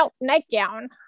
nightgown